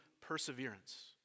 perseverance